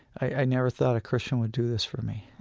i never thought a christian would do this for me